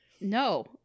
No